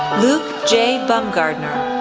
luke j. bumgardner,